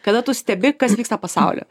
kada tu stebi kas vyksta pasaulyje